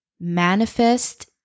manifest